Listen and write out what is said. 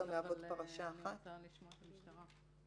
אבל ניתן לשמוע את המשטרה.